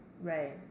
right